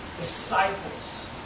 disciples